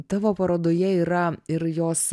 tavo parodoje yra ir jos